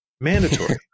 Mandatory